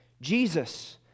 Jesus